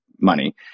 money